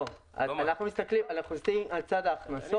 אנחנו מסתכלים על צד ההכנסות.